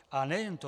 A nejen to.